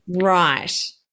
Right